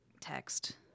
text